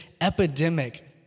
epidemic